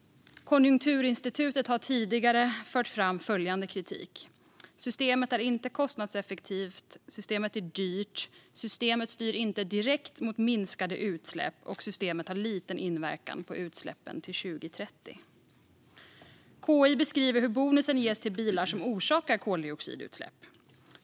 Konjunkturinstitutet har tidigare framfört följande kritik: Systemet är inte kostnadseffektivt, det är dyrt, det styr inte direkt mot minskade utsläpp och det har liten inverkan på utsläppen till 2030. KI beskriver hur bonusen ges till bilar som orsakar koldioxidutsläpp.